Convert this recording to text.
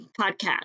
podcast